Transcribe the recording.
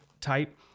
type